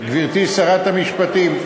גברתי שרת המשפטים,